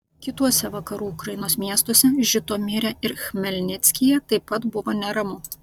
kituose vakarų ukrainos miestuose žitomire ir chmelnickyje taip pat buvo neramu